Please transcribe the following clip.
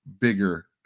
bigger